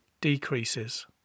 decreases